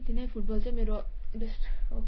त्यति नै फुटबल चाहिँ मेरो बेस्ट हो